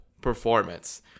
performance